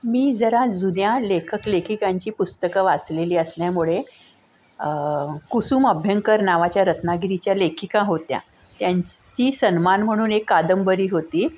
मी जरा जुन्या लेखक लेखिकांची पुस्तकं वाचलेली असल्यामुळे कुसुम अभ्यंकर नावाच्या रत्नागिरीच्या लेखिका होत्या त्यांची सन्मान म्हणून एक कादंबरी होती